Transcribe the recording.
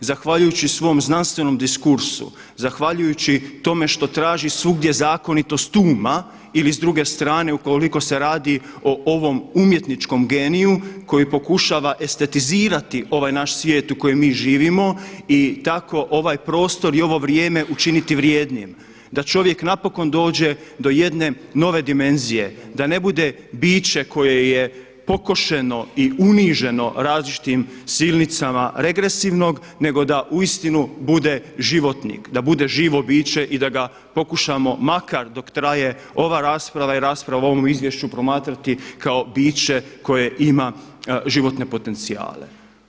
zahvaljujući svom znanstvenom diskursu zahvaljujući tome što traži svugdje zakonitost uma ili s druge strane ukoliko se radi o ovom umjetničkom geniju koji pokušava estetizirati ovaj naš svijet u kojem mi živimo i tako ovaj prostor i ovo vrijeme učiniti vrijednim, da čovjek napokon dođe do jedne nove dimenzije, da ne bude biće koje je pokošeno i uniženo različitim silnicama regresivnog nego da uistinu bude životnik, da bude živo biće i da ga pokušamo makar dok traje ova rasprava i rasprava o ovom izvješću promatrati kao biće koje ima životne potencijale.